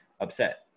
upset